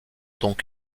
donc